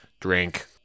drink